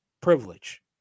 privilege